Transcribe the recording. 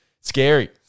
Scary